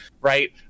right